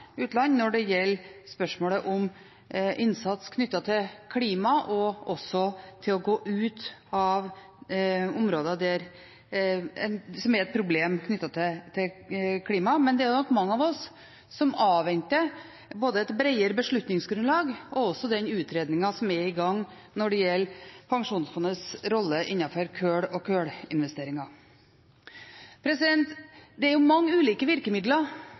spørsmålet om innsats knyttet til klima og også til å gå ut av områder som er et problem knyttet til klima. Men det er nok mange av oss som avventer både et bredere beslutningsgrunnlag og den utredningen som er i gang når det gjelder Pensjonsfondets rolle innenfor kull og kullinvesteringer. Det er mange ulike virkemidler